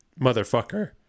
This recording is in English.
motherfucker